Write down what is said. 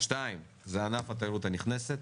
השני זה ענף התיירות הנכנסת